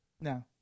No